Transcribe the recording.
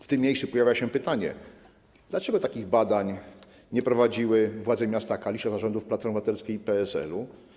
W tym miejscu pojawia się pytanie: Dlaczego takich badań nie prowadziły władze miasta Kalisza za rządów Platformy Obywatelskiej i PSL?